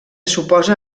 suposa